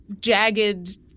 jagged